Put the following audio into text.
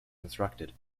constructed